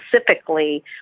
specifically